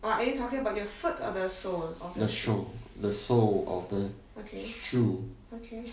the sole the sole of the shoe